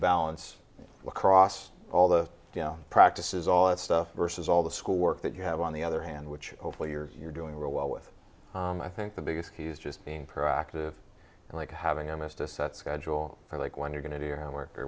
balance across all the practices all that stuff versus all the schoolwork that you have on the other hand which hopefully you're doing real well with i think the biggest key is just being proactive and like having almost a set schedule for like when you're going to do your homework or